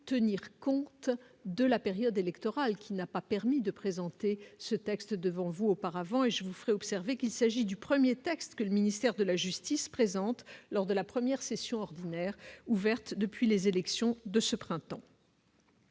tenir compte de la période électorale qui n'a pas permis de présenter ce texte devant vous auparavant et je vous ferai observer qu'il s'agit du 1er texte que le ministère de la Justice, présente lors de la 1ère session ordinaire ouverte depuis les élections de ce printemps.